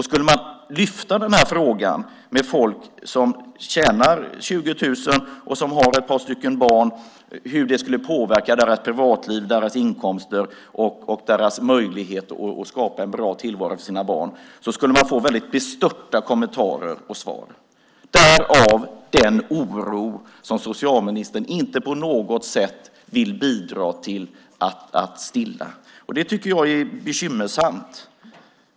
Skulle man ta upp den här frågan med folk som tjänar 20 000 och har ett par barn och fråga hur det skulle påverka deras privatliv, deras inkomster och deras möjlighet att skapa en bra tillvaro för sina barn skulle man få väldigt bestörta kommentarer och svar. Därav den oro som socialministern inte på något sätt vill bidra till att stilla. Det tycker jag är bekymmersamt.